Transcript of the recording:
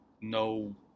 no